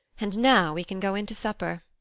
and now we can go in to supper.